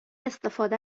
استفاده